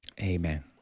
Amen